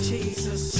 Jesus